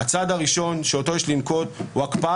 הצעד הראשון שאותו יש לנקוט הוא הקפאת